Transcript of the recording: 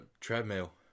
treadmill